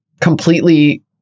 completely